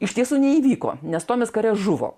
iš tiesų neįvyko nes tomis kare žuvo